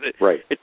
right